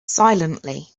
silently